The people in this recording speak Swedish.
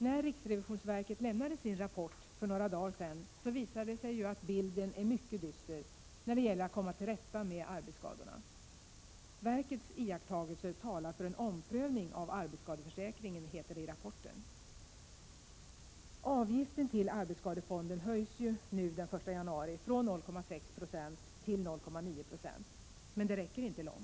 När riksrevisionverket lämnade sin rapport för några dagar sedan visade det sig att bilden är mycket dyster när det gäller möjligheterna att komma till rätta med arbetsskadorna. Verkets iakttagelser talar för en omprövning av arbetsskadeförsäkringen, heter det i rapporten. Avgiften till arbetsskadefonden höjs den 1 januari från 0,6 till 0,9 96 —men det räcker inte långt.